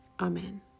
Amen